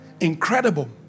Incredible